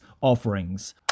offerings